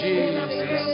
Jesus